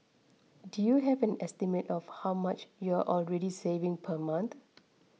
do you have an estimate of how much you're already saving per month